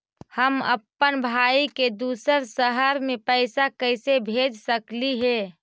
हम अप्पन भाई के दूसर शहर में पैसा कैसे भेज सकली हे?